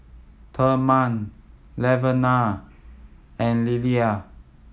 Thurman Laverna and Lilyan